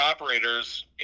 operators